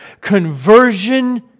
conversion